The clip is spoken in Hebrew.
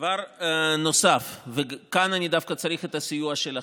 דבר נוסף, וכאן אני דווקא צריך את הסיוע שלכם: